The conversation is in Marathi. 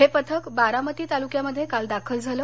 हे पथक बारामती तालुक्यामध्ये काल दाखल झालं